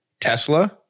Tesla